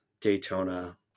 Daytona